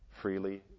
freely